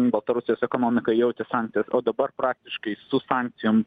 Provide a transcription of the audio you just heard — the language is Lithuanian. baltarusijos ekonomika jautė sankcijas o dabar praktiškai su sankcijom